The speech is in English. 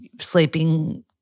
sleeping